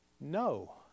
No